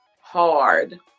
hard